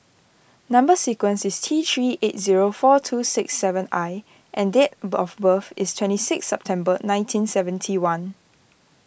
Number Sequence is T three eight zero four two six seven I and date birth of birth is twenty six September nineteen seventy one